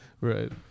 Right